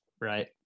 right